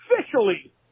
officially